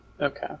Okay